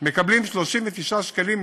מקבלים מינימום 39 שקלים,